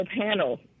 panel